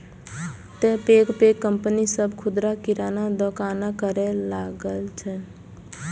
तें पैघ पैघ कंपनी सभ खुदरा किराना दोकानक करै लागल छै